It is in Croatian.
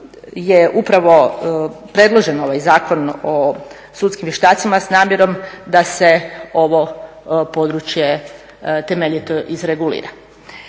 je upravo predložen ovaj Zakon o sudskim vještacima s namjerom da se ovo područje temeljito izregulira.